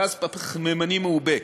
גז פחמימני מעובה.